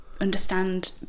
understand